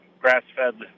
grass-fed